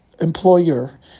employer